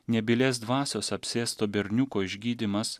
nebylės dvasios apsėsto berniuko išgydymas